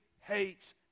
hates